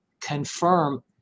confirm